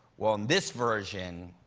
well, in this version,